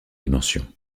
dimensions